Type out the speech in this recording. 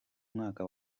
mwaka